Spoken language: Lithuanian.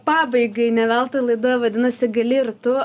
pabaigai ne veltui laida vadinasi gali ir tu